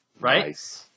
right